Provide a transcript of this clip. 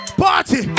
party